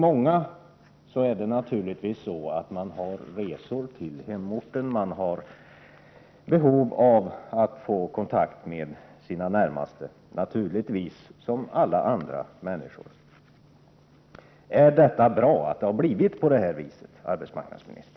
Många gör naturligtvis resor till hemorten. De har behov av att få kontakt med sina närmaste, som alla andra människor. Är det bra att det har blivit på detta sätt, arbetsmarknadsministern?